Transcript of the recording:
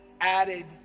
added